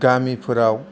गामिफोराव